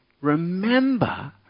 Remember